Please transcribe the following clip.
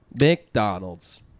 McDonald's